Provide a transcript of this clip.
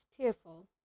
tearful